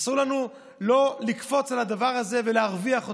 אסור לנו לא לקפוץ על הדבר הזה ולהרוויח אותו.